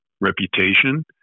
reputation